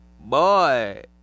boy